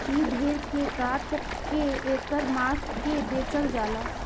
ए भेड़ के काट के ऐकर मांस के बेचल जाला